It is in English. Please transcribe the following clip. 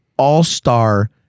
all-star